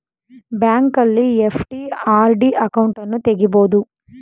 ಬ್ಯಾಂಕಲ್ಲಿ FD, RD ಅಕೌಂಟನ್ನು ತಗಿಬೋದು